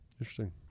Interesting